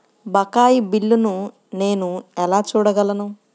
బకాయి బిల్లును నేను ఎలా చూడగలను?